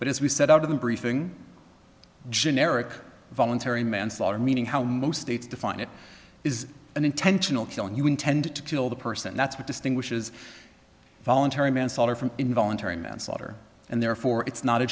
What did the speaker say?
but as we said out of the briefing generic involuntary manslaughter meaning how most states define it is an intentional killing you intend to kill the person that's what distinguishes voluntary manslaughter from involuntary manslaughter and therefore it's not a